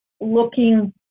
looking